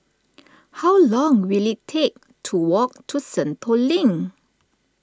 how long will it take to walk to Sentul Link